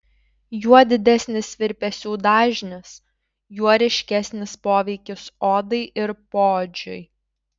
juo didesnis virpesių dažnis juo ryškesnis poveikis odai ir poodžiui